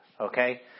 okay